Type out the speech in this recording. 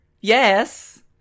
Yes